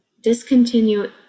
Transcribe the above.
discontinue